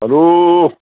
hello